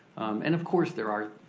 and of course there are,